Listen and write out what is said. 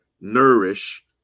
nourish